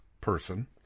person